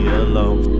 alone